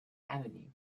avenue